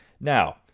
Now